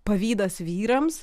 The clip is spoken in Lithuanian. pavydas vyrams